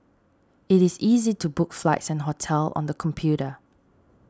it is easy to book flights and hotels on the computer